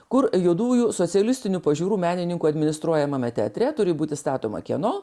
kur juodųjų socialistinių pažiūrų menininkų administruojamame teatre turi būti statoma kieno